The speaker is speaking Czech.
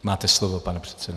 Máte slovo, pane předsedo.